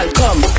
come